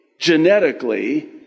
genetically